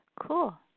Cool